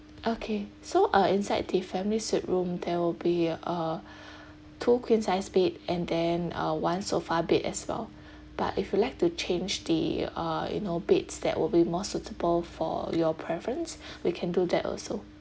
okay so uh inside the family suite room there will be a two queen size bed and then uh one sofa bed as well but if you'd like to change the uh you know beds that will be more suitable for your preference we can do that also